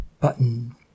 Button